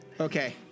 Okay